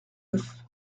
neuf